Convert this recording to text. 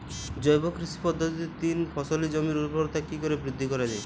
জৈব কৃষি পদ্ধতিতে তিন ফসলী জমির ঊর্বরতা কি করে বৃদ্ধি করা য়ায়?